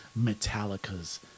Metallica's